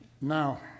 Now